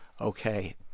okay